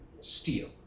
Steel